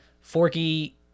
Forky